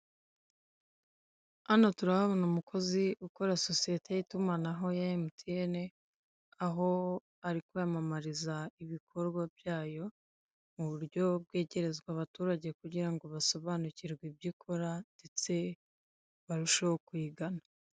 Hano turahabona umukozi ukorera sosiyete y'itumanaho ya emutiyene, aho ari kwamamariza ibikorwa byayo, uburyo bwegerezwa abaturage kugira ngo basobanukirwe ibyo ikora, ndetse barusheho kuyigana.